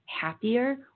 happier